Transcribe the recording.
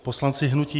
Poslanci hnutí